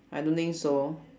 I don't think so